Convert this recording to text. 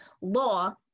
law